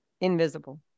Invisible